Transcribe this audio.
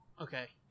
Okay